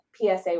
PSA